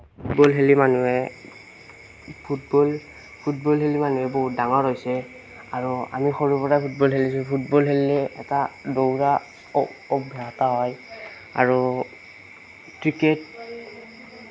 football খেলি মানুহে football football খেলি মানুহে বহুত ডাঙৰ হৈছে আৰু আমি সৰুৰ পৰা ফুটবল খেলিছোঁ ফুটবল খেলিলে এটা দৌৰা অ অভ্যাস এটা হয় আৰু ক্ৰিকেট